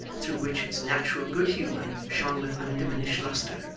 through which its natural good humour shone with undiminished lustre.